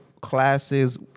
classes